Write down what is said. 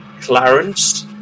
Clarence